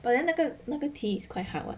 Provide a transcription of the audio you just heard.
but then 那个那个题 is quite hard [what]